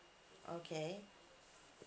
okay